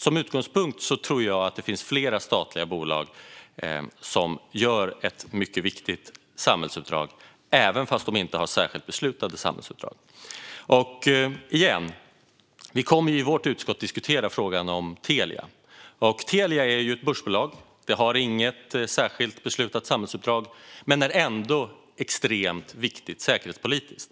Som utgångspunkt tror jag att det finns flera statliga bolag som utför mycket viktiga samhällsuppdrag trots att de inte har särskilt beslutade samhällsuppdrag. Återigen: Vi kommer i vårt utskott att diskutera frågan om Telia. Telia är ett börsbolag som inte har något särskilt beslutat samhällsuppdrag men som ändå är extremt viktigt säkerhetspolitiskt.